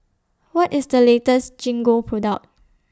What IS The latest Gingko Product